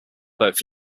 both